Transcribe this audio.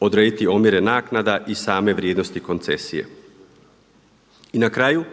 odrediti omjere naknada i same vrijednosti koncesija. I na kraju